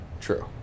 true